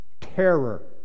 terror